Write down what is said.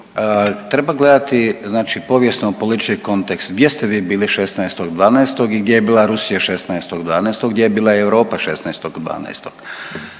Treba gledati, znači povijesno politički kontekst gdje ste vi bili 16.12. i gdje je bila Rusija 16.12., gdje je bila Europa 16.12.?